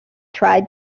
tried